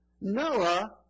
Noah